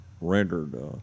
rendered